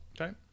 Okay